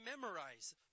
memorize